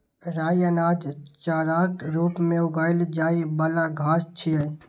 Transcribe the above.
राइ अनाज, चाराक रूप मे उगाएल जाइ बला घास छियै